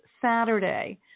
Saturday